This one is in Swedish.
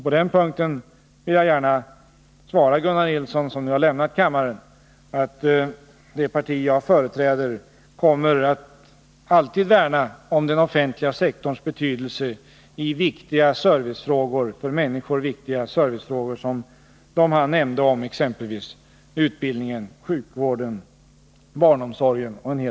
På den punkten vill jag gärna svara Gunnar Nilsson, som nu har lämnat kammaren, att det parti jag företräder alltid kommer att värna om den offentliga sektorn och hävda dess betydelse i för människor viktiga servicefrågor som de han nämnde, exempelvis utbildningen, sjukvården, barnomsorgen.